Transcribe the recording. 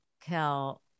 Kel